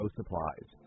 supplies